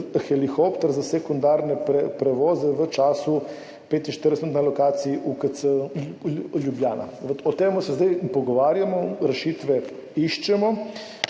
helikopter za sekundarne prevoze v času 45 minut na lokaciji UKC Ljubljana. O tem se zdaj pogovarjamo, iščemo